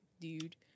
dude